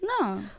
No